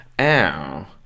ow